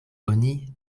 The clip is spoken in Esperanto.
oni